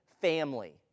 family